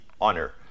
honor